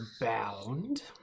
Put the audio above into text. Bound